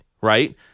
right